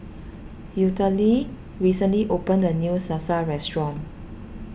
Eulalie recently opened a new Salsa restaurant